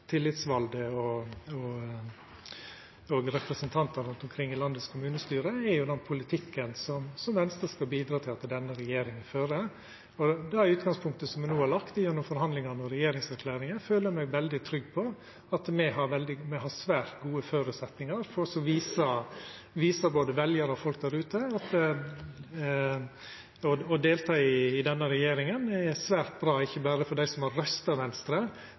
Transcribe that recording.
tillitsvalde og representantar rundt omkring i kommunestyra i landet, er jo den politikken som Venstre skal bidra til at denne regjeringa fører. Og med det utgangspunktet som me no har lagt gjennom forhandlingane og regjeringserklæringa, føler eg meg veldig trygg på at me har svært gode føresetnader for å visa både veljarar og folk der ute at å delta i denne regjeringa er svært bra, ikkje berre for dei som har røysta Venstre,